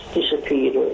disappeared